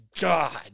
God